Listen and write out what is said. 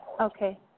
okay